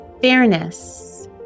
fairness